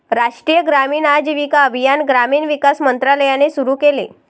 राष्ट्रीय ग्रामीण आजीविका अभियान ग्रामीण विकास मंत्रालयाने सुरू केले